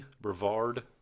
Brevard